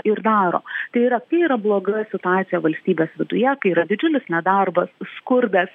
ir daro tai yra kai yra bloga situacija valstybės viduje kai yra didžiulis nedarbas skurdas